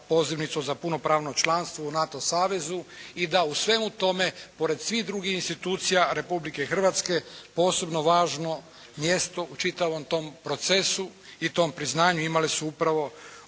pozivnicu za punopravno članstvo u NATO savezu i da u svemu tome, pored svih drugih institucija Republike Hrvatske, posebno važno mjesto u čitavom tom procesu i tom priznanju imale su upravo